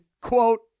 quote